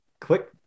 quick